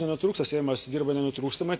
nenutrūksta seimas dirba nenutrūkstamai